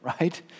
right